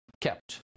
kept